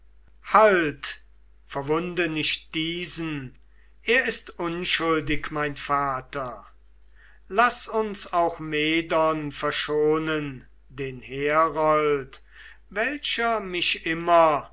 halt verwunde nicht diesen er ist unschuldig mein vater laß uns auch medon verschonen den herold welcher mich immer